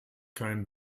kein